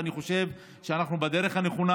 ואני חושב שאנחנו בדרך הנכונה,